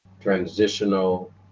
transitional